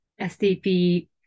SDP